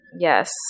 Yes